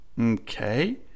Okay